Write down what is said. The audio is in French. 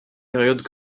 période